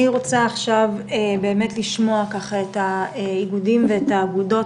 אני רוצה עכשיו באמת לשמוע את האיגודים ואת האגודות,